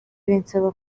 binsaba